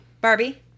Barbie